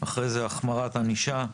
אחרי זה החמרת ענישה,